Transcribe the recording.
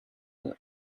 were